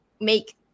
make